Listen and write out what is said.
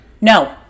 No